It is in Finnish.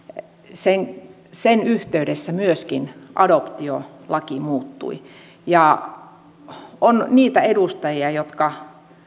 sen sen yhteydessä myöskin adoptiolaki muuttui on niitä edustajia jotka